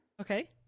Okay